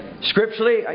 Scripturally